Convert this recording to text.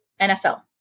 NFL